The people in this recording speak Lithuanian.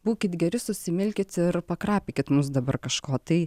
būkit geri susimilkit ir pakrapykit mus dabar kažko tai